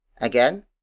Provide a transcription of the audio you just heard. Again